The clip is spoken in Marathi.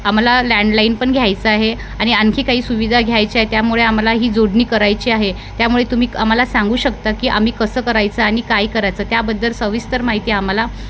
आम्हाला लँडलाईन पण घ्यायचं आहे आणि आणखी काही सुविधा घ्यायची आहे त्यामुळे आम्हाला ही जोडणी करायची आहे त्यामुळे तुम्ही आम्हाला सांगू शकता की आम्ही कसं करायचं आणि काय करायचं त्याबद्दल सविस्तर माहिती आम्हाला